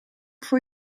voor